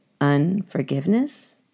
unforgiveness